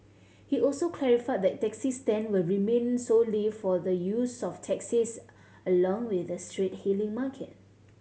he also clarified that taxi stand will remain solely for the use of taxis along with the street hailing market